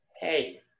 Hey